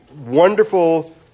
wonderful